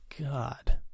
God